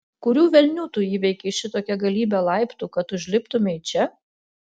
kurių velnių tu įveikei šitokią galybę laiptų kad užliptumei čia